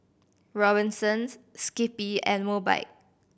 Robinsons Skippy and Mobike